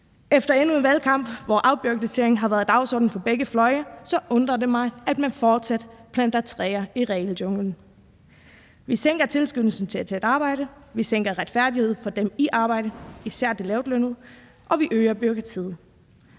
endnu en valgkamp, hvor afbureaukratiseringen har været dagsordenen for begge fløje, undrer det mig, at man fortsat planter træer i regeljunglen. Vi sænker tilskyndelsen til at tage et arbejde, vi mindsker retfærdigheden for dem i arbejde, især de lavtlønnede, og vi øger bureaukratiet.